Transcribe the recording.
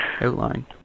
outline